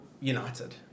United